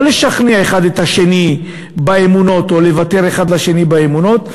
לא לשכנע אחד את השני באמונות או לוותר אחד לשני באמונות,